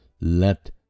let